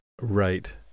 Right